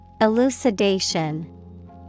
Elucidation